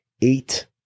eight